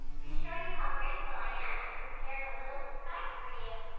to show you how grateful i am, i prepared a little surprise for you.